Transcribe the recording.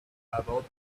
about